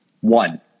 one